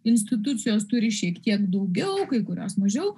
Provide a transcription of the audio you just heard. institucijos turi šiek tiek daugiau kai kurios mažiau